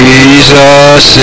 Jesus